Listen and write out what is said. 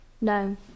No